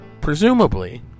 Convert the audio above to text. presumably